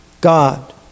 God